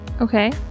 Okay